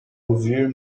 ouvir